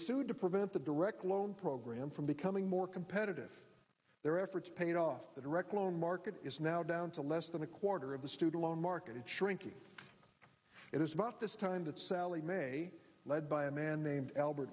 sued to prevent the direct loan program from becoming more competitive their efforts paid off the direct loan market is now down to less than a quarter of the student loan market is shrinking it is about this time that sallie mae led by a man named albert